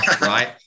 right